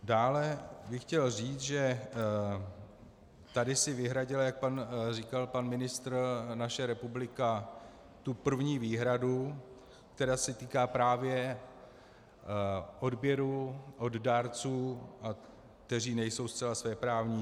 Dále bych chtěl říct, že tady si vyhradila, jak říkal pan ministr, naše republika první výhradu, která se týká právě odběru od dárců, kteří nejsou zcela svéprávní.